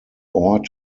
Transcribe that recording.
ort